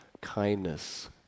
kindness